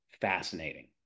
fascinating